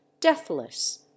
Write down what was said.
deathless